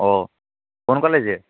ও কোন কলেজে